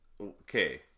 Okay